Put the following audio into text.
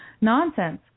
Nonsense